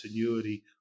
continuity